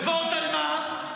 ועוד על מה?